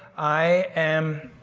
i am.